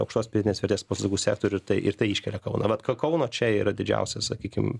aukštos pridėtinės vertės paslaugų sektorių tai ir tai iškelia kauną vat kauno čia yra didžiausia sakykim